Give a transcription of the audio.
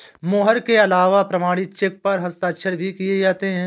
मोहर के अलावा प्रमाणिक चेक पर हस्ताक्षर भी किये जाते हैं